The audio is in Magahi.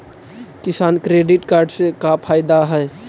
किसान क्रेडिट कार्ड से का फायदा है?